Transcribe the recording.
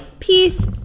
Peace